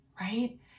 Right